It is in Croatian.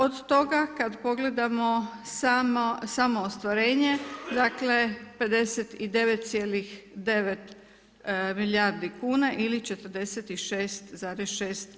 Od toga kada pogledamo samo ostvarenje dakle 59,9 milijardi kuna ili 46,6%